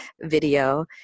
video